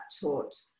taught